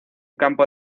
campo